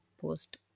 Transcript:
post